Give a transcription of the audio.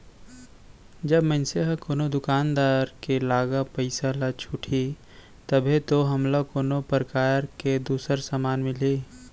जब मनसे ह कोनो दुकानदार के लागा पइसा ल छुटही तभे तो हमला कोनो परकार ले दूसर समान मिलही